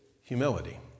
humility